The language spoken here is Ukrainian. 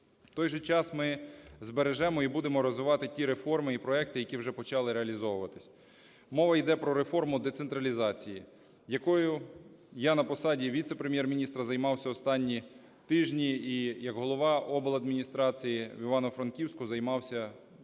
той же час ми збережемо і будемо розвивати ті реформи і проекти, які вже почали реалізовуватися. Мова йде про реформу децентралізації, якою я на посаді віце-прем'єр-міністра займався останні тижні і як голова обладміністрації в Івано-Франківську займався останніх